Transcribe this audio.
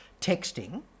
texting